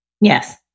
yes